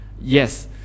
yes